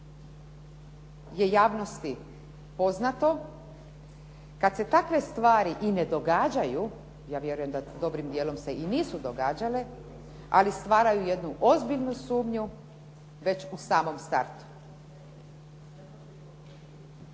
je javnosti poznato. Kad se takve stvari i ne događaju ja vjerujem da dobrim dijelom se i nisu događale ali stvaraju jednu ozbiljnu sumnju već u samom startu.